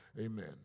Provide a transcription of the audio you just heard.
Amen